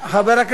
מה?